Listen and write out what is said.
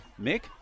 Mick